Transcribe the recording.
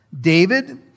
David